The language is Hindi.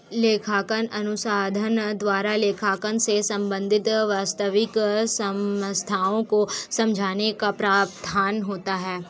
लेखांकन अनुसंधान द्वारा लेखांकन से संबंधित वास्तविक समस्याओं को समझाने का प्रयत्न होता है